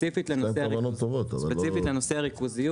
יש להם כוונות טובות אבל לא --- ספציפית לנושא הריכוזיות,